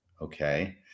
okay